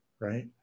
Right